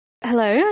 Hello